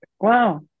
Wow